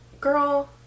Girl